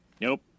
Nope